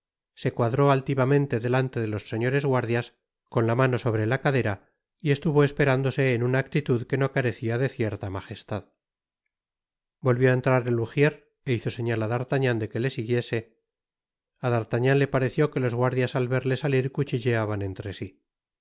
se cuadró altivamente delante de los señores guardias co n la mano sobre la cadera y estuvo esperándose en una actitud que no carecia de cierta majestad volvió á entrar el ujier é hizo seña á d'artagnan de que le siguiese a d'artagnan le pareció que los guardias al verle salir cuchicheaban entre si